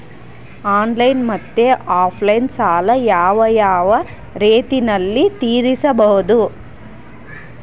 Online ಮತ್ತೆ offline ಸಾಲ ಯಾವ ಯಾವ ರೇತಿನಲ್ಲಿ ತೇರಿಸಬಹುದು?